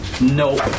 Nope